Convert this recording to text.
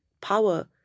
power